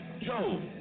Joe